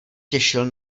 těšil